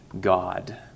God